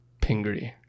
pingree